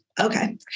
Okay